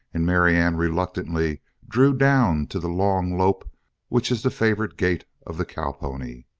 and marianne reluctantly drew down to the long lope which is the favorite gait of the cowpony.